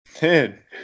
Dude